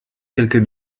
quelques